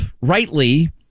rightly